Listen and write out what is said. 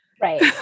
Right